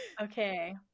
Okay